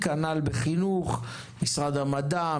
כנ"ל בחינוך: משרד המדע,